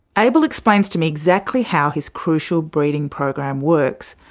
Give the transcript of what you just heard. able explains to me exactly how his crucial breeding program works,